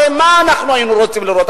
הרי מה אנחנו היינו רוצים לראות?